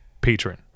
patron